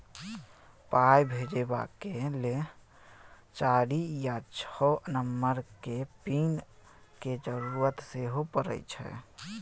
पाइ भेजबाक लेल चारि या छअ नंबरक पिन केर जरुरत सेहो परय छै